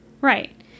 Right